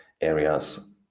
areas